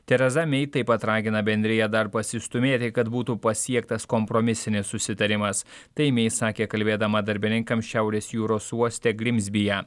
tereza mei taip pat ragina bendriją dar pasistūmėti kad būtų pasiektas kompromisinis susitarimas tai mei sakė kalbėdama darbininkam šiaurės jūros uoste grimzbyje